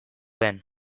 den